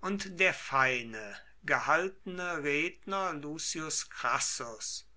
und der feine gehaltene redner lucius crassus